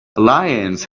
lions